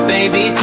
Baby